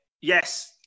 Yes